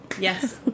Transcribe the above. Yes